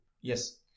Yes